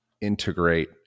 integrate